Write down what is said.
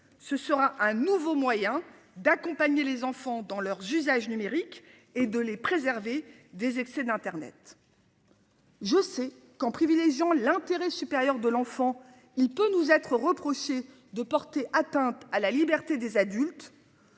Ce sera un nouveau moyen d'accompagner les enfants dans leur j'usages numériques et de les préserver des excès d'Internet. Je sais qu'en privilégiant l'intérêt supérieur de l'enfant, il peut nous être reproché de porter atteinte à la liberté des adultes.